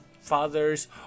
fathers